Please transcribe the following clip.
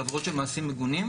הן עבירות של מעשים מגונים,